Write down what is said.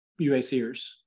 UACers